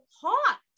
hot